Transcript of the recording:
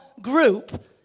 group